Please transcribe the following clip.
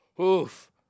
Oof